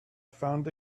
found